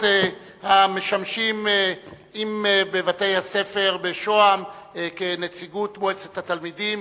המשמשים בבתי-הספר בשוהם כנציגות מועצת התלמידים,